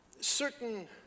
certain